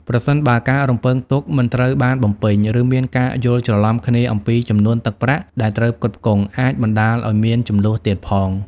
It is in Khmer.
ប្រសិនបើ ការរំពឹងទុកមិនត្រូវបានបំពេញ ឬមានការយល់ច្រឡំគ្នាអំពីចំនួនទឹកប្រាក់ដែលត្រូវផ្គត់ផ្គង់ អាចបណ្ដាលឱ្យមានជម្លោះទៀតផង។